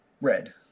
red